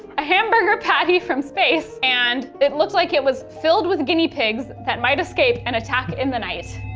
a hamburger patty from space, and it looked like it was filled with guinea pigs that might escape and attack in the night.